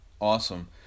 Awesome